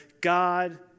God